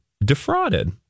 defrauded